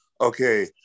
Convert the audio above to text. okay